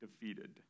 defeated